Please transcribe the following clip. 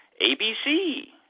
ABC